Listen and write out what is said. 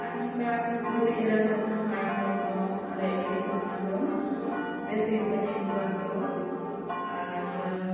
ᱟᱨ ᱱᱚᱝᱠᱟ ᱵᱩᱰᱷᱤ ᱮᱨᱟ ᱠᱚᱦᱚᱸ ᱦᱟᱲᱟᱢ ᱦᱚᱲ ᱠᱚᱦᱚᱸ ᱚᱸᱰᱮ ᱤᱫᱤ ᱠᱚ ᱠᱷᱟᱱ ᱫᱚᱢ ᱵᱮᱥ ᱜᱮᱠᱚ ᱧᱮᱞ ᱠᱚᱣᱟ ᱠᱚ ᱟᱨ